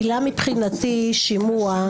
מבחינתי המילה שימוע,